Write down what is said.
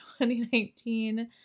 2019